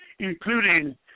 Including